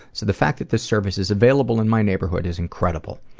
so the fact that this service is available in my neighborhood is incredible.